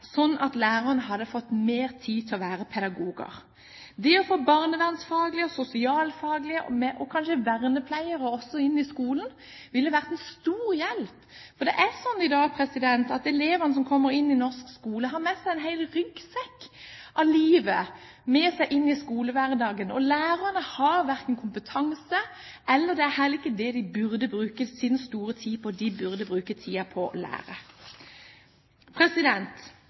at lærerne hadde fått mer tid til å være pedagoger. Det å få barnevernsfaglige og sosialfaglige folk og kanskje også vernepleiere inn i skolen ville vært en stor hjelp, for det er sånn i dag at elevene som kommer inn i norsk skole, har en hel ryggsekk av livet med seg inn i skolehverdagen, og lærerne har ikke kompetanse, og det er heller ikke det de burde bruke tiden sin på – de burde bruke tiden på å lære